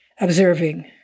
observing